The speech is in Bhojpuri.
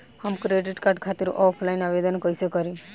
हम क्रेडिट कार्ड खातिर ऑफलाइन आवेदन कइसे करि?